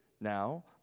now